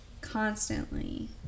constantly